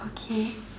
okay